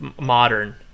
modern